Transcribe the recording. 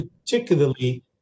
particularly